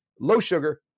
low-sugar